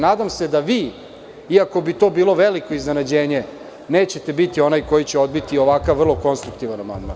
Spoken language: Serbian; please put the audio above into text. Nadam se da vi, iako bi to bilo veliko iznenađenje, nećete biti onaj koji će odbiti ovakav vrlo konstruktivni amandman.